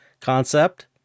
concept